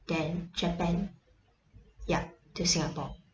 then japan yup to singapore